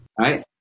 right